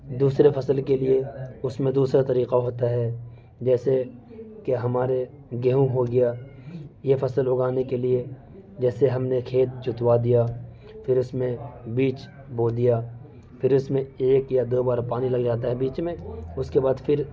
دوسرے فصل کے لیے اس میں دوسرا طریقہ ہوتا ہے جیسے کہ ہمارے گیہوں ہو گیا یہ فصل اگانے کے لیے جیسے ہم نے کھیت جتوا دیا پھر اس میں بیج بو دیا پھر اس میں ایک یا دو بار پانی لگ جاتا ہے بیچ میں اس کے بعد پھر